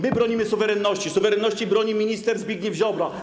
My bronimy suwerenności, suwerenności broni minister Zbigniew Ziobro.